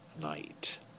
night